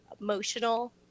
emotional